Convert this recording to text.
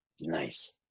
nice